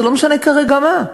זה לא משנה כרגע מה.